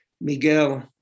Miguel